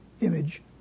image